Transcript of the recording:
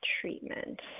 treatment